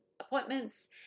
appointments